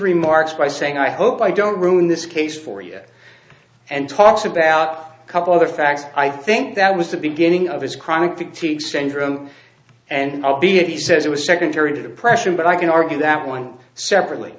remarks by saying i hope i don't ruin this case for you and talks about a couple other facts i think that was the beginning of his chronic fatigue syndrome and i'll be it he says it was secondary to the pressure but i can argue that one separately